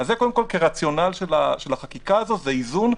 קודם כול הרציונל של החקיקה הזאת זה האיזון,